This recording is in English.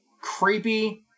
creepy